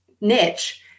niche